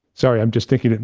sorry, i'm just thinking,